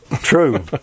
true